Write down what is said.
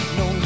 no